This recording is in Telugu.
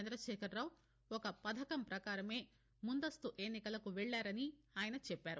చందశేఖర్రావు ఒక పథకం పకారమే ముందస్తూ ఎన్నికలకు వెళ్లారని ఆయన చెప్పారు